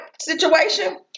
situation